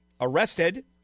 arrested